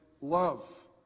love